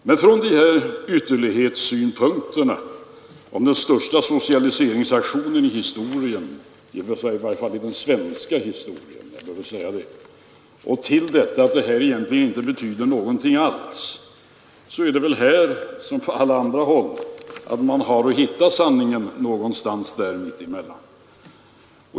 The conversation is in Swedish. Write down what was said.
Men i detta som i många andra fall har man väl att hitta sanningen någonstans mitt emellan de båda ytterlighetsuppfattningarna: dels att detta skulle vara den största socialiseringsaktionen i historien, i varje fall i den svenska historien, dels att de föreslagna åtgärderna egentligen inte betyder någonting alls.